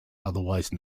otherwise